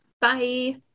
Bye